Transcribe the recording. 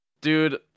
dude